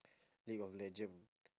league of legend